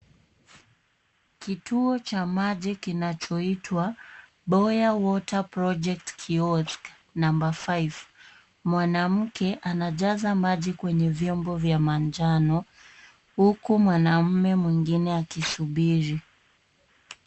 Kituo cha maji kinachoitwa Boya Water Project Kiosk number five . Mwanamke anajaza maji kwenye vyombo vya manjano huku mwanamume mwingine akisubiri.